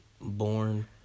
born